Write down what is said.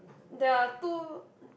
there are two